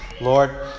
Lord